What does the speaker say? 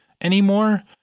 anymore